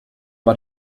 war